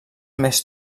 més